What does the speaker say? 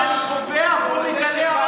אתם לא יודעים.